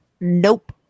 Nope